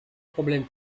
problème